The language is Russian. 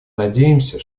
надеемся